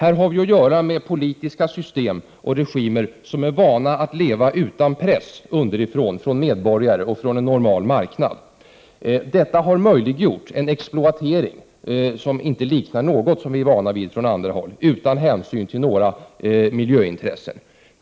Vi har ju att göra med politiska system och regimer som är vana vid att leva utan press från medborgare och från en normalt fungerande marknad. Detta har möjliggjort en exploatering som inte liknar något som vi är vana vid från andra håll, utan hänsyn till några miljöintressen.